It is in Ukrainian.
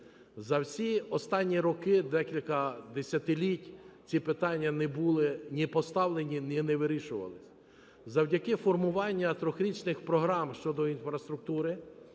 За всі останні роки, декілька, десятиліть ці питання не були ні поставлені, ні вирішувались. Завдяки формуванню трирічних програм щодо інфраструктури